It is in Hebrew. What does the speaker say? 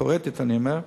תיאורטית אני אומר,